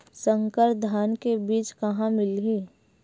संकर धान के बीज कहां मिलही?